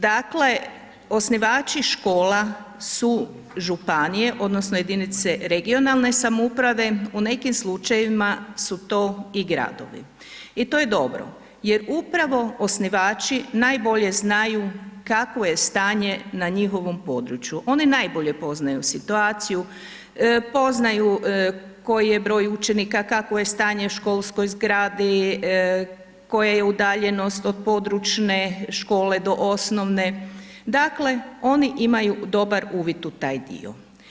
Dakle osnivači škola su županije odnosno jedinice regionalne samouprave, u nekim slučajevima su to i gradovi i to je dobro jer upravo osnivači najbolje znaju kakvo je stanje na njihovom području, oni najbolje poznaju situaciju, poznaju koji je broj učenika, kakvo je stanje u školskoj zgradi, koja je udaljenost od područne škole do osnovne, dakle oni imaju dobar uvid u taj dio.